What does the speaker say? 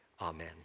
Amen